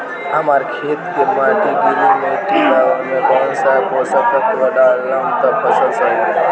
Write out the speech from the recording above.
हमार खेत के माटी गीली मिट्टी बा ओमे कौन सा पोशक तत्व डालम त फसल सही होई?